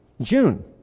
June